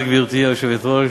גברתי היושבת-ראש,